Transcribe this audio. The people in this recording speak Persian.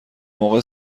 موقع